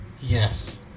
Yes